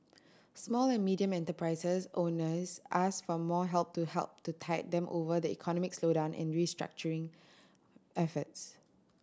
small and medium enterprise owners asked for more help to help to tide them over the economic slowdown and restructuring efforts